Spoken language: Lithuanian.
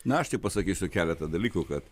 na aš tik pasakysiu keletą dalykų kad